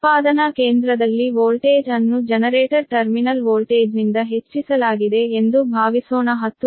ಉತ್ಪಾದನಾ ಕೇಂದ್ರದಲ್ಲಿ ವೋಲ್ಟೇಜ್ ಅನ್ನು ಜನರೇಟರ್ ಟರ್ಮಿನಲ್ ವೋಲ್ಟೇಜ್ನಿಂದ ಹೆಚ್ಚಿಸಲಾಗಿದೆ ಎಂದು ಭಾವಿಸೋಣ 10